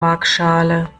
waagschale